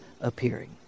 appearing